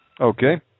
Okay